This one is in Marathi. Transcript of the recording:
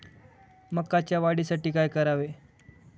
मकाच्या वाढीसाठी काय करावे?